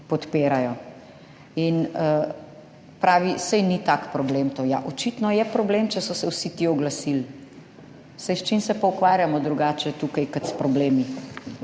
In pravi, saj ni tak problem to. Ja, očitno je problem, če so se vsi ti oglasili, saj s čim se pa ukvarjamo drugače tukaj, kot s problemi